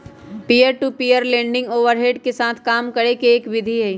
peer to peer lending overhead के साथ काम करे के एक विधि हई